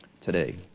today